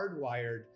hardwired